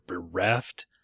bereft